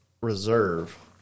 Reserve